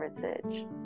heritage